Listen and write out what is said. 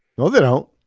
no, they don't